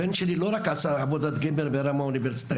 הבן שלי לא רק עשה עבודת גמר ברמה אוניברסיטאית